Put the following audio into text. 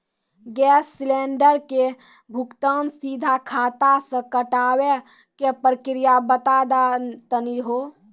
Gas cylinder के भुगतान सीधा खाता से कटावे के प्रक्रिया बता दा तनी हो?